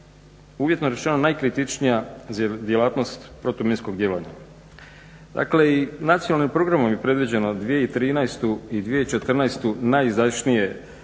uvjetno rečeno najkritičnija djelatnost protuminskog djelovanja. Dakle, i Nacionalnim programom je predviđeno 2013. i 2014. najizdašnije, dakle